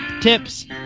Tips